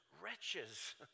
wretches